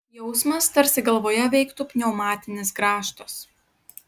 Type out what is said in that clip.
jausmas tarsi galvoje veiktų pneumatinis grąžtas